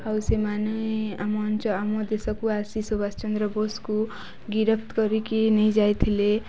ଆଉ ସେମାନେ ଆମ ଅଞ୍ଚ ଆମ ଦେଶକୁ ଆସି ସୁବାଷ ଚନ୍ଦ୍ର ବୋଷକୁ ଗିରଫ କରିକି ନେଇଯାଇଥିଲେ